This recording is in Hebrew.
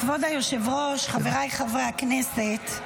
כבוד היושב-ראש, חבריי חברי הכנסת,